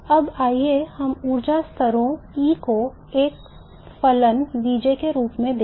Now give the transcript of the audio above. अब आइए हम ऊर्जा स्तरों E को के एक फलन के रूप में देखें